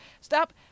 Stop